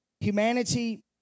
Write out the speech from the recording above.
humanity